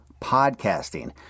podcasting